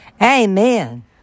Amen